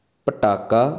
ਪਟਾਕਾ